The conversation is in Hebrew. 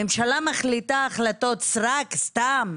ממשלה מחליטה החלטות סרק סתם?